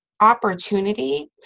opportunity